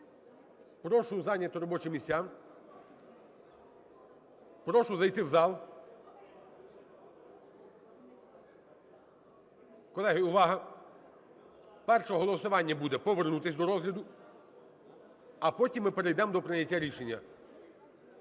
прошу зайти в зал. Колеги, увага, перше голосування буде - повернутися до розгляду, а потім ми перейдемо до прийняття рішення.